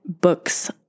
books